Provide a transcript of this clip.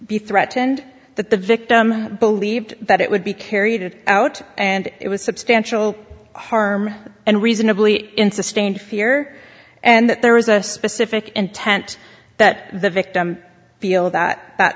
be threatened that the victim believed that it would be carried out and it was substantial harm and reasonably in sustained fear and that there was a specific intent that the victim feel that t